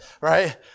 right